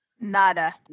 nada